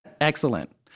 Excellent